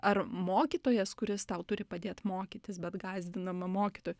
ar mokytojas kuris tau turi padėt mokytis bet gąsdinama mokytoju